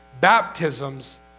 baptisms